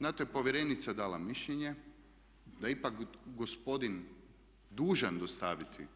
Na to je povjerenica dala mišljenje da je ipak gospodin dužan dostaviti